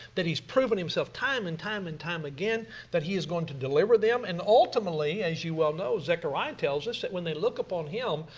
that he has proven himself time, and time, and time again that he is going to deliver them. and ultimately as you well know zechariah tells us that when they look upon him,